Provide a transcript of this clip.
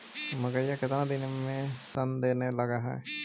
मकइ केतना दिन में शन देने लग है?